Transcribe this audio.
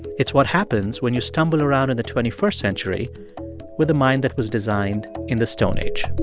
it's what happens when you stumble around in the twenty first century with a mind that was designed in the stone age